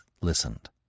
listened